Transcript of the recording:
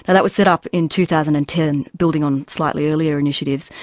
and that was set up in two thousand and ten building on slightly earlier initiatives,